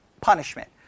punishment